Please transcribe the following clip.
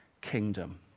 kingdom